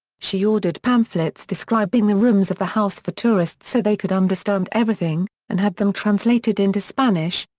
she ordered pamphlets describing the rooms of the house for tourists so they could understand everything, and had them translated into spanish,